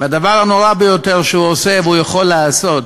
והדבר הנורא ביותר שהוא עושה והוא יכול לעשות